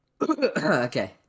Okay